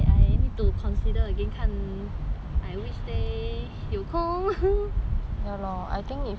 consider again 看 I always say 有空